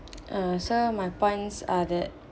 err so my points are the